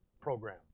program